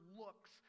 looks